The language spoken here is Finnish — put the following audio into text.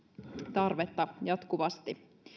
tarvetta jatkuvasti